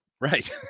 Right